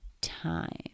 time